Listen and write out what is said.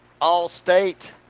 all-state